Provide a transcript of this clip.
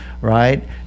right